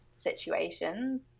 situations